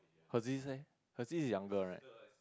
her sis leh her sis is younger right